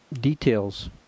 details